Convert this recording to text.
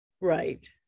Right